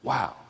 Wow